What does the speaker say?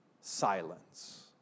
Silence